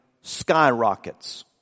skyrockets